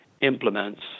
implements